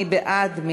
מי בעד?